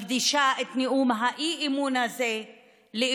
אני מקדישה את נאום האי-אמון הזה לאותן